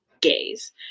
gays